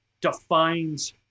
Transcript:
defines